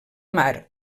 mar